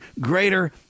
greater